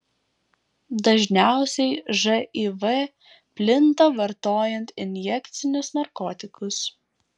dažniausiai živ plinta vartojant injekcinius narkotikus